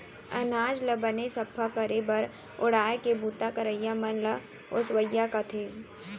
अनाज ल बने सफ्फा करे बर उड़ाय के बूता करइया मन ल ओसवइया कथें